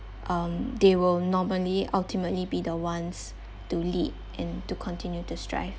um they will normally ultimately be the ones to lead and to continue to strive